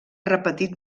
repetit